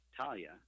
Talia